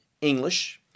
english